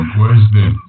question